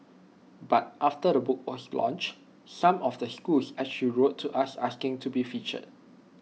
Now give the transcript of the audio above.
but after the book was launched some of the schools actually wrote to us asking to be featured